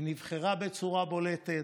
היא נבחרה בצורה בולטת.